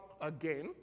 again